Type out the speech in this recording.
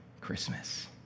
Christmas